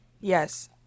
Yes